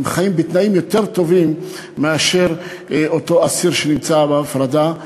חיה בתנאים יותר טובים מהתנאים של אותו אסיר שנמצא בהפרדה,